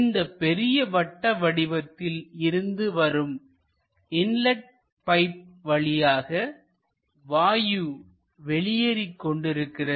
இந்த பெரிய வட்ட வடிவத்தில் இருந்து வரும் இன்லட் பைப் வழியாக வாயு வெளியேறிக் கொண்டிருக்கிறது